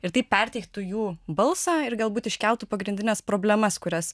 ir taip perteiktų jų balsą ir galbūt iškeltų pagrindines problemas kurias